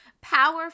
Power